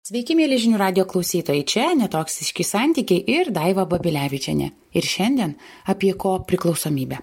sveiki mieli žinių radijo klausytojai čia netoksiški santykiai ir daiva babilevičienė ir šiandien apie ko priklausomybę